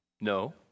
no